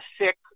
sick